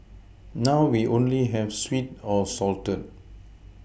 now we only have sweet or salted